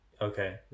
Okay